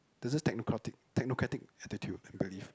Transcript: there is this technocratic technocratic attitude I believe